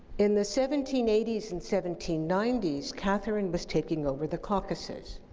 in the seventeen eighty s and seventeen ninety s, catherine was taking over the caucasus.